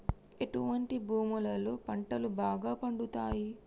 ఎటువంటి భూములలో పంటలు బాగా పండుతయ్?